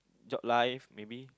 job life maybe